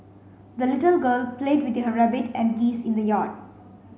the little girl played with her rabbit and geese in the yard